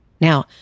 Now